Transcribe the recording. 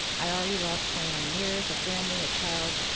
i already lost twenty nine years, a family, a child,